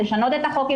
לשנות את החוק,